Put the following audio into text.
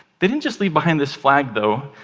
they didn't just leave behind this flag, though.